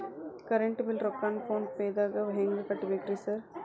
Current bill ರೊಕ್ಕಾನ phone ಪೇದಾಗ ಹೆಂಗ್ ಕಟ್ಟಬೇಕ್ರಿ ಸರ್?